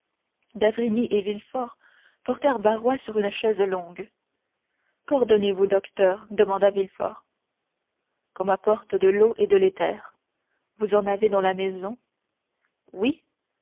d'avrigny et villefort portèrent barrois sur une chaise longue quordonnez vous docteur demanda villefort qu'on m'apporte de l'eau et de l'éther vous en avez dans la maison oui